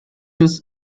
was